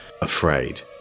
Afraid